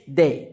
day